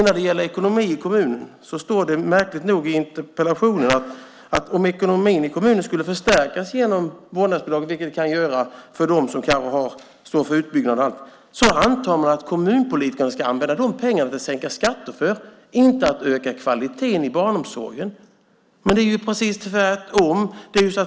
När det gäller ekonomin i kommunen står det märkligt nog i interpellationen att om ekonomin i kommunen skulle förstärkas genom vårdnadsbidraget - vilket den kan göra för dem som står för utbyggnad och så vidare - antar man att kommunpolitikerna använder de pengarna till att sänka skatter, inte till att öka kvaliteten i barnomsorgen. Det är ju precis tvärtom.